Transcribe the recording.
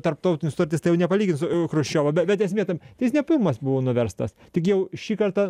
tarptautinė sutartis tai jau nepalygint su chruščiovu bet esmė tame jis ne pirmas buvo nuverstas tik jau šį kartą